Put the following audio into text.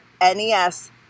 NES